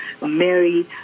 Mary